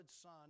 son